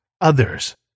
others